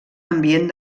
ambient